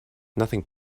nothing